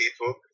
people